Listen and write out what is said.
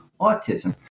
autism